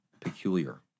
peculiar